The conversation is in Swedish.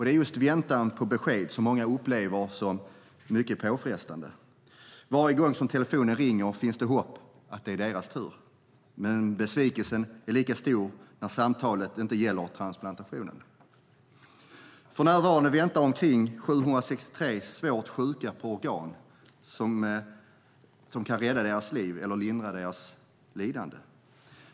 Det är just väntan på besked som många upplever som mycket påfrestande. Varje gång som telefonen ringer finns det hopp om att det är deras tur. Men besvikelsen är lika stor när samtalet inte gäller transplantationen. För närvarande väntar omkring 763 svårt sjuka på organ som kan rädda deras liv eller lindra deras lidande.